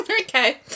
okay